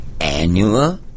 Annual